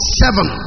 seven